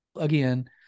again